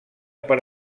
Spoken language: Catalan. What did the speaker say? per